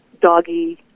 doggy